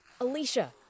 Alicia